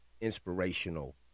inspirational